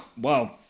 Wow